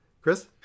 Chris